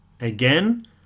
again